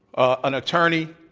an attorney,